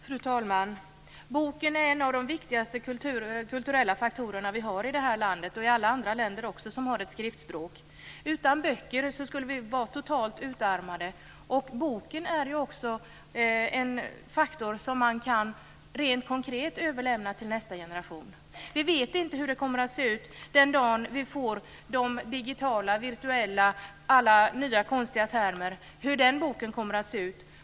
Fru talman! Boken är en av de viktigaste kulturella faktorer vi har i det här landet. Detsamma gäller också alla andra länder som har ett skriftspråk. Utan böcker skulle vi vara totalt utarmade. Boken är ju också något som man rent konkret kan överlämna till nästa generation. Vi vet inte hur det kommer att se ut den dag då vi får böcker som är digitala eller virtuella - alla nya, konstiga termer. Vi vet inte hur boken då kommer att se ut.